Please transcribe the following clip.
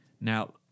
Now